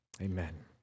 Amen